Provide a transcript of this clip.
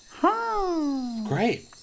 Great